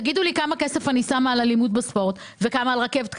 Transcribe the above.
תגידו לי כמה כסף אני שמה על אלימות בספורט וכמה על רכבת קלה.